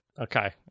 Okay